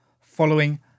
following